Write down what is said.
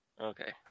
Okay